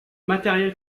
matériel